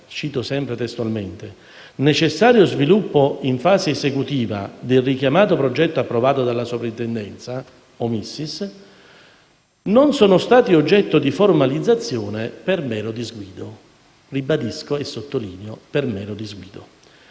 che rappresentano necessario sviluppo in fase esecutiva del richiamato progetto approvato dalla Soprintendenza (...) non sono stati oggetto di formalizzazione per mero disguido» - ribadisco e sottolineo: per mero disguido